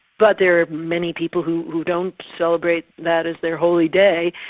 but there are many people who who don't celebrate that as their holy day.